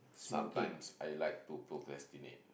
sometimes I like to procrastinate